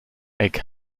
egg